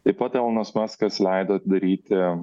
taip pat elonas maskas leido atidaryti